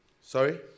Sorry